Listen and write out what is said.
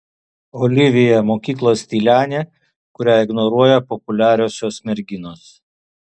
olivija mokyklos tylenė kurią ignoruoja populiariosios merginos